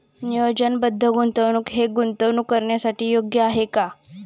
नियोजनबद्ध गुंतवणूक हे गुंतवणूक करण्यासाठी योग्य आहे का?